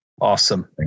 awesome